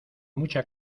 mucha